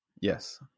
yes